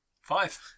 Five